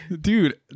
dude